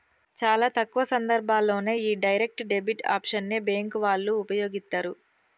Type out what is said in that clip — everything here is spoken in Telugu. చాలా తక్కువ సందర్భాల్లోనే యీ డైరెక్ట్ డెబిట్ ఆప్షన్ ని బ్యేంకు వాళ్ళు వుపయోగిత్తరు